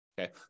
Okay